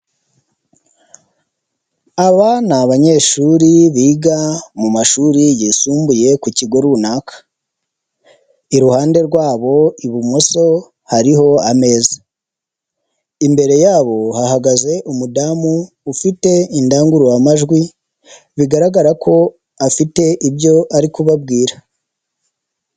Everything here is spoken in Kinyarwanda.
Aba ni abanyeshuri biga mu mashuri yisumbuye ku kigo runaka, iruhande rwabo ibumoso, hariho ameza, imbere yabo hahagaze umudamu ufite indangururamajwi, bigaragara ko afite ibyo ari kubabwira.